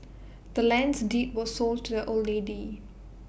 the land's deed was sold to the old lady